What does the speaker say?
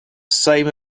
same